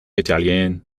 italienne